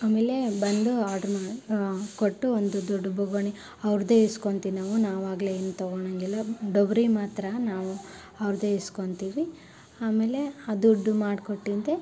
ಆಮೇಲೆ ಬಂದು ಆಡ್ರ್ ಮಾ ಕೊಟ್ಟು ಒಂದು ದೊಡ್ಡ ಬೋಗುಣಿ ಅವ್ರದ್ದೆ ಈಸ್ಕೊಳ್ತೀನಿ ನಾವು ನಾವಾಗಲೇ ಏನೂ ತಗೋಳ್ಳೋಂಗಿಲ್ಲ ಡೊಗ್ರಿ ಮಾತ್ರ ನಾವು ಅವ್ರದ್ದೇ ಈಸ್ಕೊಳ್ತೀವಿ ಆಮೇಲೆ ಆ ದುಡ್ಡು ಮಾಡ್ಕೊಟ್ಟಂತೆ